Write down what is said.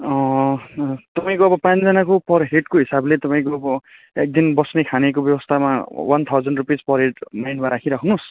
तपाईँको पाँचजनाको पर हेडको हिसाबले तपाईँको अब एक दिन बस्ने खानेको व्यवस्थामा one thousand rupees per head माइन्डमा राखिराख्नु होस्